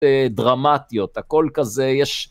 דרמטיות הכל כזה יש